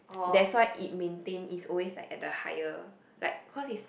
that's why it maintain is always like at the higher like cause is